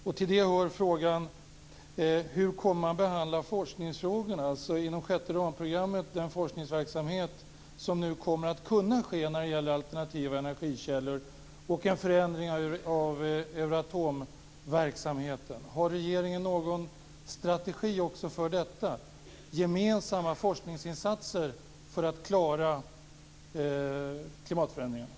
Hur kommer forskningsfrågorna att behandlas? Har regeringen någon strategi för den forskningsverksamhet som bedrivs inom ramen för sjätte ramprogrammet om alternativa forskningskällor och förändring av Euroatomverksamheten? Finns det gemensamma forskningsinsatser för att klara klimatförändringarna?